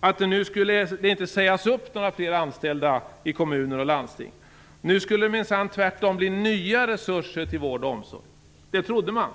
att det nu inte skulle sägas upp några fler anställda i kommuner och landsting. Nu skulle det minsann tvärtom bli nya resurser till vård och omsorg. Det trodde man.